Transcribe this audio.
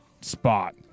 spot